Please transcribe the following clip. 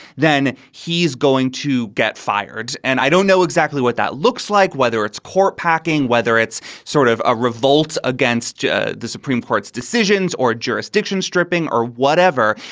then he is going to get fired. and i don't know exactly what that looks like, whether it's court packing, whether it's sort of a revolt against the supreme court's decisions or jurisdiction stripping or whatever.